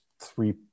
three